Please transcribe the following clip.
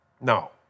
No